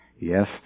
Yes